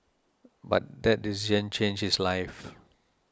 but that decision changed his life